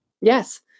Yes